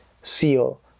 seal